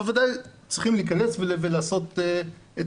אבל בוודאי שצריכים להכנס ולעשות את